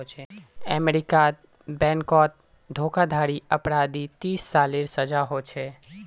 अमेरीकात बैनकोत धोकाधाड़ी अपराधी तीस सालेर सजा होछे